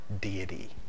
deity